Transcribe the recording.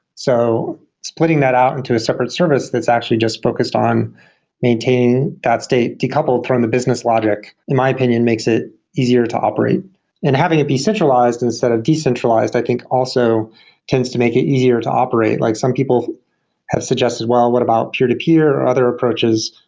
so splitting that out into a separate service that's actually just focused on maintaining that state decoupled from the business logic, in my opinion, makes it easier to operate and having it be centralized instead of decentralized, i think also tends to make it easier to operate. like some people have suggested, well what about peer-to-peer, or other approaches?